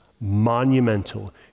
monumental